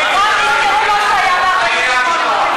תזכרו מה שהיה ב-48'